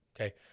Okay